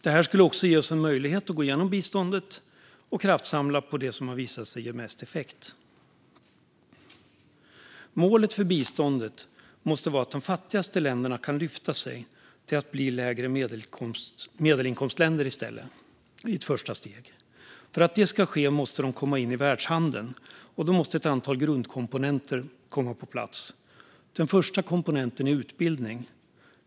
Det här skulle också ge oss en möjlighet att gå igenom biståndet och kraftsamla på det som har visat sig ge mest effekt. Målet för biståndet måste vara att de fattigaste länderna ska lyfta sig till att i stället bli, i ett första steg, lägre medelinkomstländer. För att det ska ske måste de komma in i världshandeln, och då måste ett antal grundkomponenter komma på plats. Den första komponenten är utbildning.